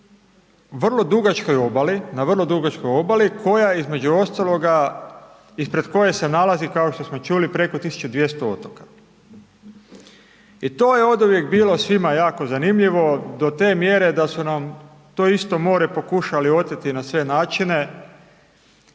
na vrlo dugačkoj obali koja između ostaloga, ispred koje se nalazi kao što smo čuli preko 1200 otoka. I to je oduvijek bilo svima jako zanimljivo do te mjere da su nam to isto more pokušali oteti na sve načine.